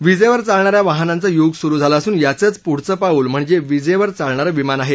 वीजेवर चालणाऱ्या वाहनांचं युग सुरु झालं असून याचंच पुढचं पाऊल म्हणजे वीजेवर चालणारं विमान आहे